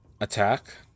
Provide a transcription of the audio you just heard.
attack